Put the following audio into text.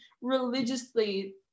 religiously